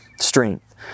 strength